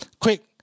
quick